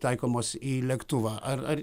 taikomos į lėktuvą ar ar